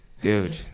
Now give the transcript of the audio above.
dude